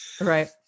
Right